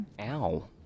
Ow